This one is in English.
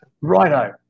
Righto